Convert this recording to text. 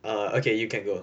err okay you can go